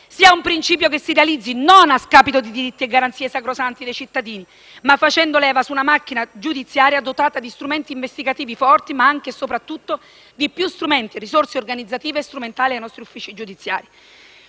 giustamente invocate, si realizzi non a scapito di diritti e garanzie sacrosanti dei cittadini, ma facendo leva su una macchina giudiziaria dotata di strumenti investigativi forti, ed anche, soprattutto, di maggiori strumenti e risorse organizzative e strumentali per i nostri uffici giudiziari.